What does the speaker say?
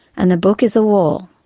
and the book is a wall.